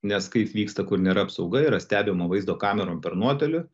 nes kaip vyksta kur nėra apsauga yra stebima vaizdo kamerom per nuotolį